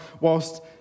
whilst